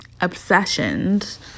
obsessions